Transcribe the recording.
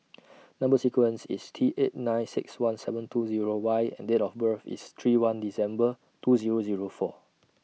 Number sequence IS T eight nine six one seven two Zero Y and Date of birth IS three one December two Zero Zero four